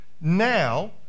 now